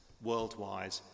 worldwide